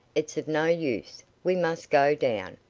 it's of no use we must go down.